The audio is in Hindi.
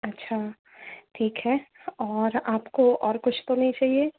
अच्छा ठीक है और आपको और कुछ तो नहीं चाहिए